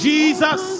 Jesus